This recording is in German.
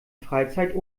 freizeit